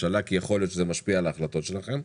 רוב דוברי רוסית שלא שולטים היטב בעברית הם גם אנשים מבוגרים,